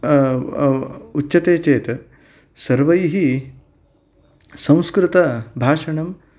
उच्चते चेत् सर्वैः संस्कृतभाषणं